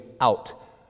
out